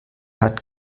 hat